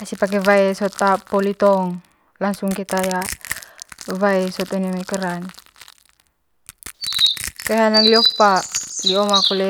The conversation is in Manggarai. Asi pake wae sot poli tong langsung keta ya wae one mai keran, toe hang li opa li oma koe